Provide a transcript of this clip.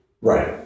Right